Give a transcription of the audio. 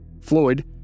Floyd